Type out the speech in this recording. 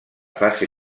fase